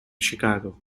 chicago